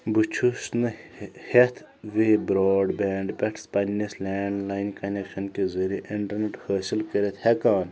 بہٕ چھُس نہٕ ہیٚتھ وے برٛاڈ بینٛڈ پٮ۪ٹھ پَننِس لینٛڈ لایِن کۄنیٚکشَن کہِ ذریعہِ اِنٹرنیٚٹ حٲصِل کٔرِتھ ہیٚکان